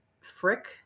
Frick